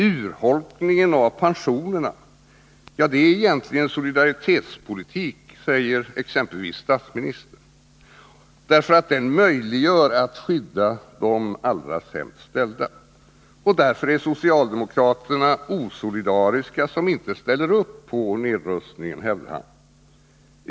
Urholkningen av pensionerna är egentligen solidaritetspolitik, säger exempelvis statsministern, därför att den möjliggör ett skydd för de allra sämst ställda. Därför är socialdemokraterna osolidariska som inte ställer upp på nedrustningen, hävdar han.